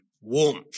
warmth